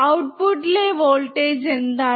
ഔട്ട്പുട്ടിലെ voltage എന്താണ്